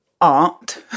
art